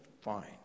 fine